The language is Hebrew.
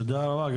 תודה רבה.